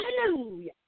Hallelujah